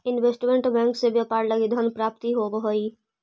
investment bank से व्यापार लगी धन प्राप्ति होवऽ हइ